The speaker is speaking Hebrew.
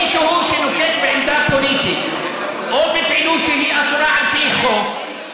מישהו שנוקט עמדה פוליטית או פעילות שהיא אסורה על פי חוק,